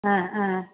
அ அ